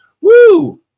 Woo